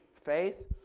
faith